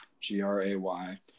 G-R-A-Y